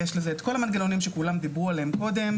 יש לזה את כל המנגנונים שכולם דיברו עליהם קודם,